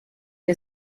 che